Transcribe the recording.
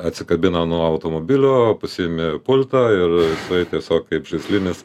atsikabina nuo automobilio pasiimi pultą ir tiesiog kaip žaislinis